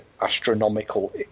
astronomical